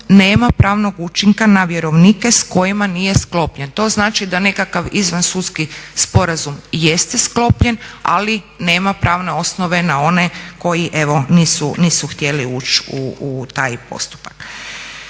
nema pravnog učinka na vjerovnike sa kojima nije sklopljen. To znači da nekakav izvan sudski sporazum jeste sklopljen, ali nema pravne osnove na one koji evo nisu htjeli ući u taj postupak.